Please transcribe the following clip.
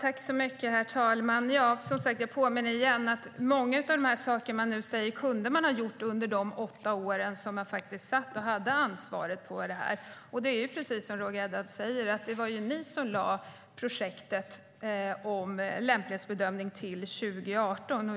Herr talman! Jag påminner igen om att många av de saker som nu efterlyses kunde ha gjorts under de åtta år som Alliansen satt vid makten och hade ansvaret. Precis som Roger Haddad säger var det de som lade projektet om lämplighetsbedömning till 2018.